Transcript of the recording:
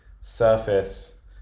surface